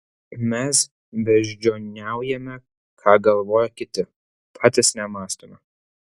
mes beždžioniaujame ką galvoja kiti patys nemąstome